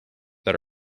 that